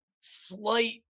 slight